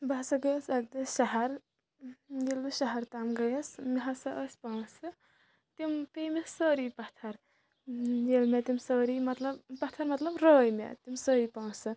بہٕ ہسا گٔیَس اَکہِ دۄہ شَہر ییٚلہِ بہٕ شَہر تام گٔیَس مےٚ ہسا ٲسۍ پونٛسہٕ تِم پے مےٚ سٲری پَتھَر ییٚلہِ مےٚ تِم سٲری مطلب پَتھَر مطلب رٲے مےٚ تِم سٲری پونٛسہٕ